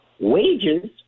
Wages